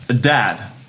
dad